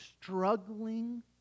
Struggling